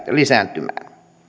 lisääntymään